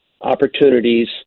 opportunities